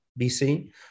BC